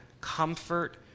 comfort